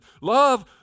Love